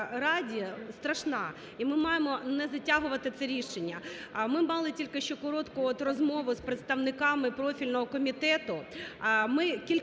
раді страшна. І ми маємо не затягувати це рішення. Ми мали тільки що коротку от розмову з представниками профільного комітету.